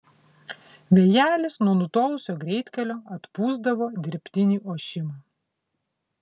vėjelis nuo nutolusio greitkelio atpūsdavo dirbtinį ošimą